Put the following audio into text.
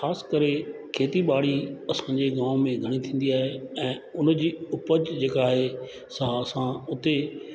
ख़ासि करे खेती बाड़ी असांजे गांव में घणी थींदी आहे ऐं उन जी उपज जेका आहे सां सां उते